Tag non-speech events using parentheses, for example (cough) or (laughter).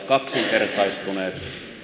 (unintelligible) kaksinkertaistunut